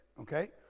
Okay